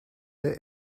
der